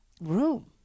room